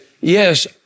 yes